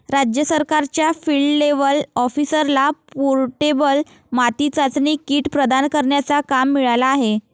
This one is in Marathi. राज्य सरकारच्या फील्ड लेव्हल ऑफिसरला पोर्टेबल माती चाचणी किट प्रदान करण्याचा काम मिळाला आहे